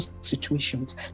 situations